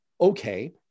okay